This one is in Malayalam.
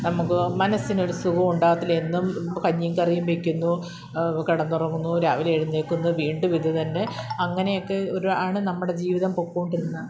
നമുക്ക് മനസ്സിനൊരു സുഖവും ഉണ്ടാവത്തില്ല എന്നും കഞ്ഞിയും കറിയും വയ്ക്കുന്നു കിടന്നുറങ്ങുന്നു രാവിലെ എഴുന്നേൽക്കുന്നു വീണ്ടുമിതുതന്നെ അങ്ങനെയൊക്കെ ഒരു ആണ് നമ്മുടെ ജീവിതം പൊയ്ക്കോണ്ടിരുന്നത്